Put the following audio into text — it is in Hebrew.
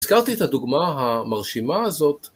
הזכרתי את הדוגמה המרשימה הזאת